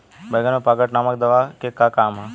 बैंगन में पॉकेट नामक दवा के का काम ह?